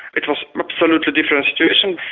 it was an absolutely different situation,